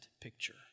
picture